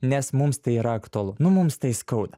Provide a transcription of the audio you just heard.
nes mums tai yra aktualu nu mums tai skauda